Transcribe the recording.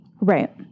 Right